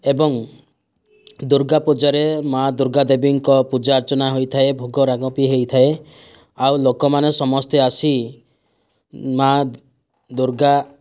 ଏବଂ ଦୁର୍ଗା ପୂଜାରେ ମା ଦୁର୍ଗା ଦେବୀଙ୍କ ପୂଜା ଅର୍ଚ୍ଚନା ହୋଇଥାଏ ଭୋଗରାଗ ବି ହୋଇଥାଏ ଆଉ ଲୋକମାନେ ସମସ୍ତେ ଆସି ମା ଦୁର୍ଗା